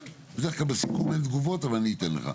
בדרך כלל בסיכום אין תגובות, אבל אני אתן לך.